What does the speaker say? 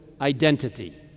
identity